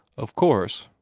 of course,